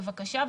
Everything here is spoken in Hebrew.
בבקשה,